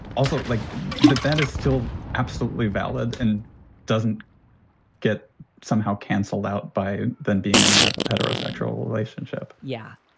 also like that, that is still absolutely valid and doesn't get somehow canceled out by then being in a heterosexual relationship yeah,